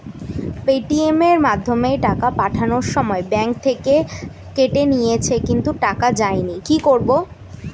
Paytm এর মাধ্যমে টাকা পাঠানোর সময় ব্যাংক থেকে কেটে নিয়েছে কিন্তু টাকা যায়নি কি করব?